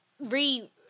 re